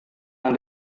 yang